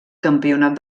campionat